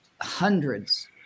hundreds